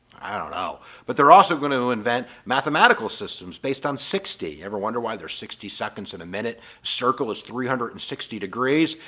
i don't know but they're also going to invent mathematical systems based on sixty ever wonder why sixty seconds in a minute circle is three hundred and sixty degrees.